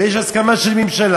ויש איזושהי הסכמה של הממשלה,